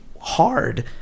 hard